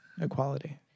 equality